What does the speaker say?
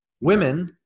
women